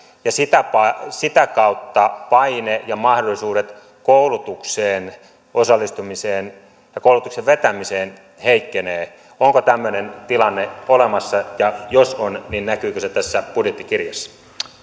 ja sitä kautta paine ja mahdollisuudet koulutukseen osallistumiseen ja koulutuksen vetämiseen heikkenevät onko tämmöinen tilanne olemassa ja jos on niin näkyykö se tässä budjettikirjassa